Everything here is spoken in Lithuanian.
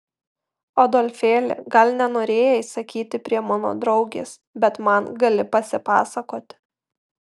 adolfėli gal nenorėjai sakyti prie mano draugės bet man gali pasipasakoti